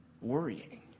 worrying